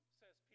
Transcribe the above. says